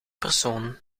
persoon